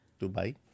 dubai